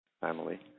family